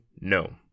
no